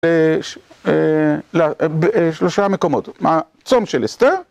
בשלושה מקומות. הצום של אסתר,